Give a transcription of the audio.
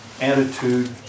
attitude